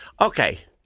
Okay